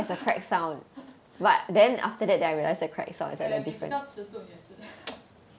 !aiya! 你比较迟钝也是